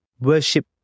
worship